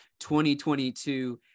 2022